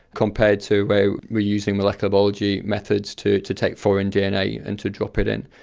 compared to where we are using molecular biology methods to to take foreign dna and to drop it in.